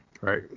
Right